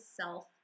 self